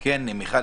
מיכל,